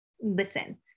listen